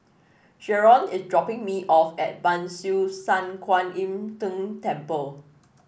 Jaron is dropping me off at Ban Siew San Kuan Im Tng Temple